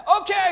okay